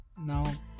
Now